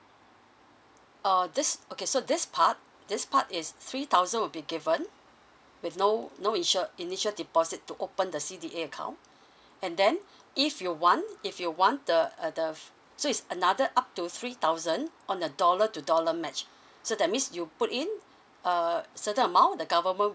err this okay so this part this part is three thousand will be given with no no insure initial deposit to open the C_D_A account and then if you want if you want the uh the so is another up to three thousand on a dollar to dollar match so that means you put in a certain amount the government